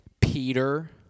Peter